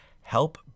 help